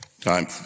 time